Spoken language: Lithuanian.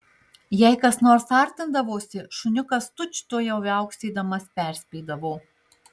jei kas nors artindavosi šuniukas tučtuojau viauksėdamas perspėdavo